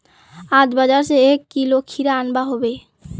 आज बाजार स एक किलो खीरा अनवा हबे